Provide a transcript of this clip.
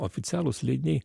oficialūs leidiniai